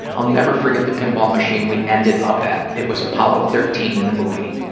i'll never forget the pinball machine we ended up at, it was apollo thirteen the movie.